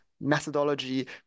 methodology